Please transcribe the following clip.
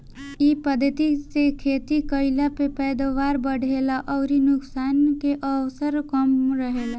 इ पद्धति से खेती कईला में पैदावार बढ़ेला अउरी नुकसान के अवसर कम रहेला